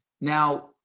Now